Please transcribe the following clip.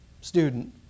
student